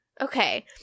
Okay